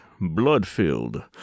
blood-filled